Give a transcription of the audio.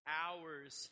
hours